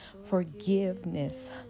Forgiveness